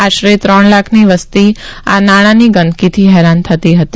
આશરે ત્રણ લાખની વસતી આ નાળાની ગંદકીથી હેરાન થતા હતા